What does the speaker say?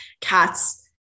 cats